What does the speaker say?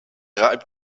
reibt